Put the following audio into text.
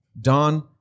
Don